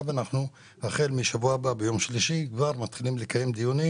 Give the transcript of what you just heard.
החל משבוע הבא, ביום שלישי, נתחיל לקיים דיונים,